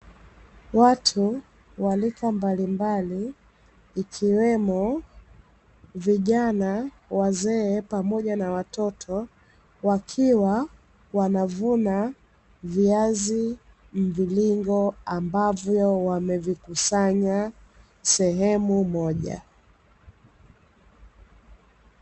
Watu wa rika mbalimbali ikiwemo vijana, wazee pamoja na watoto, wakiwa wanavuna viazi mviringo ambavyo wamevikusanya sehemu moja.